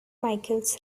michaels